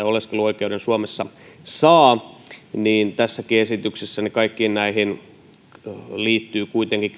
oleskeluoikeuden suomessa saa niin tässäkin esityksessä kaikkiin näihin liittyy kuitenkin